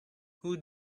who